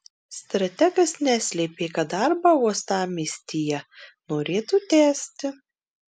strategas neslėpė kad darbą uostamiestyje norėtų tęsti